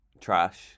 Trash